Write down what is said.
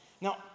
Now